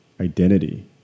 identity